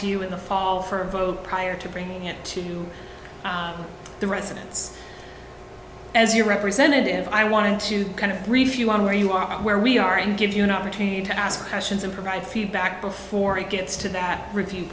to you in the fall for a vote prior to bringing it to the residence as your representative i want to kind of brief you on where you are and where we are and give you an opportunity to ask questions and provide feedback before it gets to that review